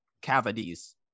cavities